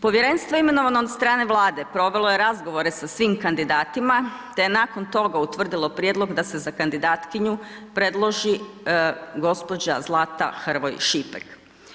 Povjerenstvo imenovano od strane Vlade provelo je razgovore sa svim kandidatima te je nakon toga utvrdilo prijedlog da se za kandidatkinju predloži gospođa Zlata Hrvoj Šipek.